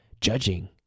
judging